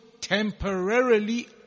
temporarily